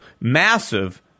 massive